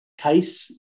case